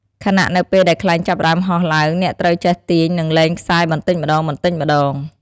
ខណៈនៅពេលដែលខ្លែងចាប់ផ្តើមហោះឡើង អ្នកត្រូវចេះទាញ និងលែងខ្សែបន្តិចម្តងៗ។